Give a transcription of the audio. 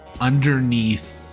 underneath